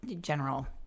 general